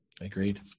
Agreed